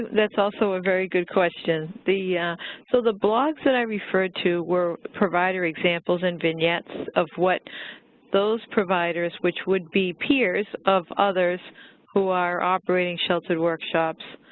that's also a very good question. the so the blogs that i referred to were provider examples and vignettes and of what those providers, which would be peers of others who are operating sheltered workshops,